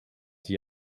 sie